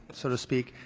so to speak.